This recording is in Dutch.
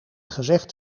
gezegd